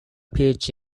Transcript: pitch